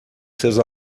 seus